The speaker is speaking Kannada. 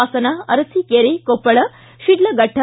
ಹಾಸನ ಅರುಕೇರೆ ಕೊಪ್ಪಳ ಶಿಡ್ಲಘಟ್ಟ